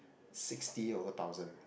sixty over thousand